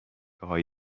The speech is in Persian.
های